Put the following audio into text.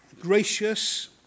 gracious